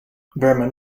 berman